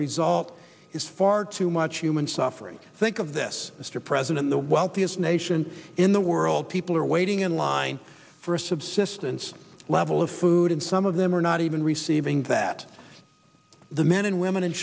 result is far too much human suffering think of this mr president the wealthiest nation in the world people are waiting in line for a subsistence level of food and some of them are not even receiving that the men and women and